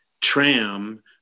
tram